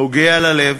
נוגע ללב,